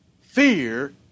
fear